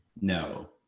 no